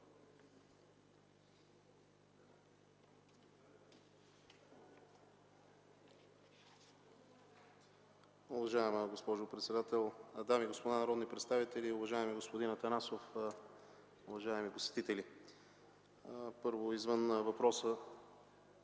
Уважаема госпожо председател, дами и господа народни представители, уважаеми господин Атанасов, уважаеми посетители! Първо, извън въпроса.